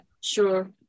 sure